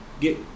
get